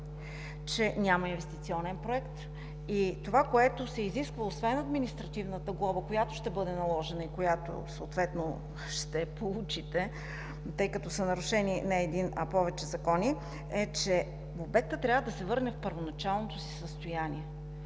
че няма инвестиционен проект. Това, което се изисква – освен административната глоба, която ще бъде наложена и съответно ще получите, тъй като са нарушени не един, а повече закони е, че обектът трябва да се върне в първоначалното си състояние.